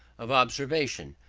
of observation,